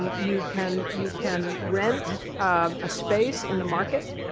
um you can you can rent um a space in the market,